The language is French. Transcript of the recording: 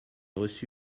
reçu